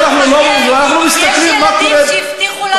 יש ילדים שהבטיחו להם,